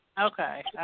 Okay